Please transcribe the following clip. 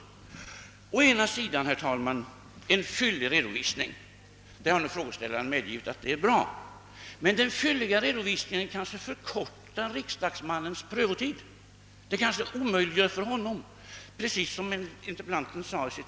Frågeställaren har medgivit att det är bra om en fyllig redovisning lämnas i propositionen.